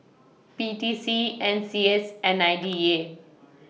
P T C N C S and I D A